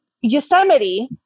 Yosemite